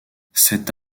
cette